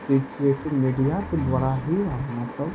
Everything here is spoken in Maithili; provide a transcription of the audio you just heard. ई छियै की मीडियाके द्वारा ही आहाँ सब